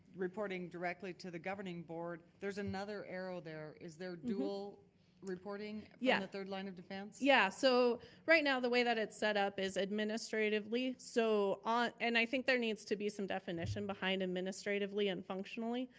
reporting directly to the governing board. there's another arrow there. is there dual reporting from yeah the third line of defense? yeah, so right now the way that it's set up is administratively, so, ah and i think there needs to be some definition behind administratively and functionally.